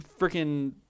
freaking